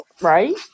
right